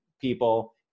people